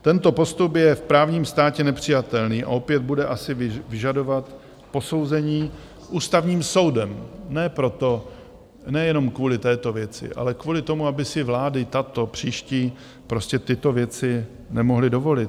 Tento postup je v právním státě nepřijatelný a opět bude asi vyžadovat posouzení Ústavním soudem, ne proto, nejenom kvůli této věci, ale kvůli tomu, aby si vlády tato, příští prostě tyto věci nemohly dovolit.